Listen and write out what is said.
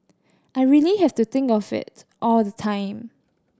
I really have to think of it all the time